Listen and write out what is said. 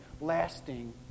lasting